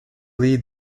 lead